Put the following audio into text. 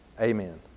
Amen